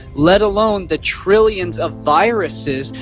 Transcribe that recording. let alone the trillions of viruses!